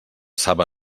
saba